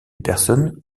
personnes